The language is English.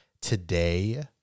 Today